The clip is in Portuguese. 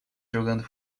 jogando